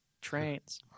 Trains